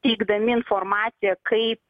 teikdami informaciją kaip